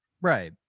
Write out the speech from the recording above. Right